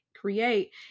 create